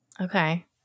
Okay